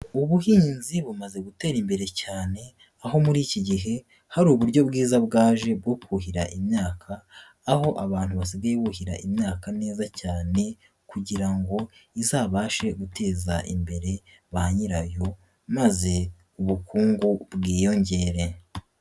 Ubuhinzi bumaze gutera imbere cyane aho muri iki gihe hari uburyo bwiza bwaje bwo kuhira imyaka, aho abantu basigaye buhira imyaka neza cyane kugira ngo izabashe guteza imbere ba nyirayo maze ubukungu bwiyongere.